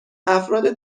افراد